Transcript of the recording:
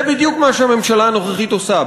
זה בדיוק מה שהממשלה הנוכחית עושה,